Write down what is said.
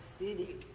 acidic